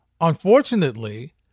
Unfortunately